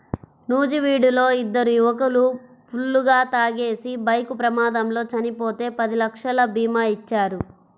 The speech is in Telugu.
నూజివీడులో ఇద్దరు యువకులు ఫుల్లుగా తాగేసి బైక్ ప్రమాదంలో చనిపోతే పది లక్షల భీమా ఇచ్చారు